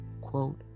quote